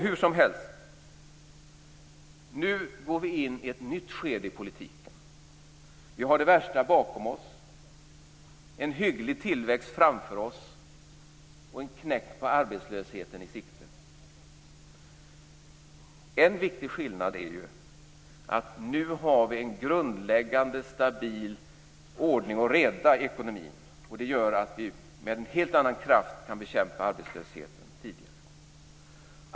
Hur som helst går vi nu in i ett nytt skede i politiken. Vi har det värsta bakom oss, en hygglig tillväxt framför oss och en knäck på arbetslösheten i sikte. En viktig skillnad är att vi nu har en grundläggande och stabil ordning och reda i ekonomin vilket gör att vi med en helt annan kraft än tidigare kan bekämpa arbetslösheten.